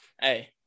Hey